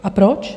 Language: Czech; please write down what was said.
A proč?